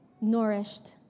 nourished